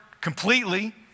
completely